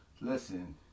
Listen